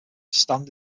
stand